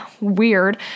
weird